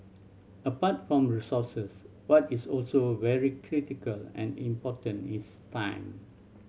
apart from resources what is also very critical and important is time